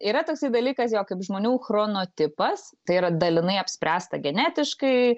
yra toksai dalykas jo kaip žmonių chrono tipas tai yra dalinai apspręsta genetiškai